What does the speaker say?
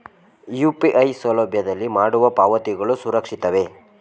UPI ಸೌಲಭ್ಯದಲ್ಲಿ ಮಾಡುವ ಪಾವತಿಗಳು ಸುರಕ್ಷಿತವೇ?